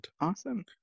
Awesome